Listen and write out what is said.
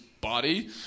body